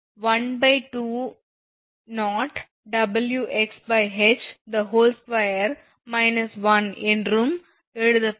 WxH 2 1 என்றும் எழுதப்படும்